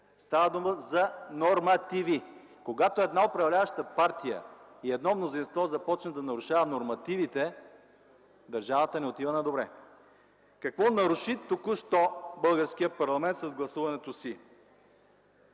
Става дума за нормативи! Когато една управляваща партия и едно мнозинство започне да нарушава нормативите, държавата не отива на добре. Какво наруши току-що българският парламент с гласуването си?